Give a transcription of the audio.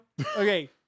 Okay